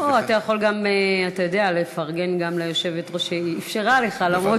אתה יכול גם לפרגן ליושבת-ראש שאפשרה לך, למרות,